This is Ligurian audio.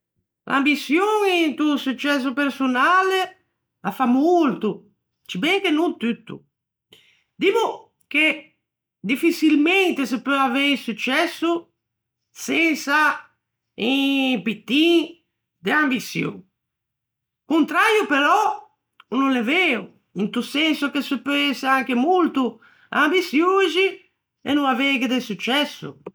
L'ambiçion into successo personale a fa molto, sciben che no tutto. Dimmo che diffiçilmente se peu avei successo sensa un pittin d'ambiçion. O conträio però o no l'é veo, into senso che se peu ëse anche molto ambiçioxi, e no aveighe do successo.